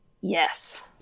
Yes